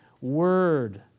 word